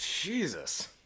Jesus